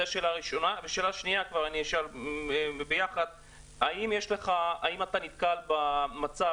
שאלה שנייה האם אתה נתקל במצב,